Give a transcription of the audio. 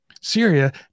Syria